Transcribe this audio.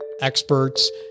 experts